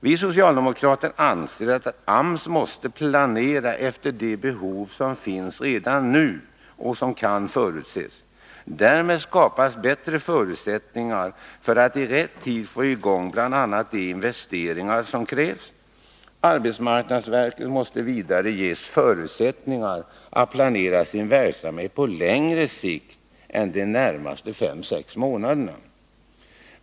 Vi socialdemokrater anser att AMS måste få planera efter de behov som redan nu kan förutses. Därmed skapas bättre förutsättningar för att i rätt tid få i gång bl.a. de investeringar som krävs. Arbetsmarknadsverket måste vidare ges förutsättningar att planera sin verksamhet på längre sikt än de närmaste fem sex månaderna.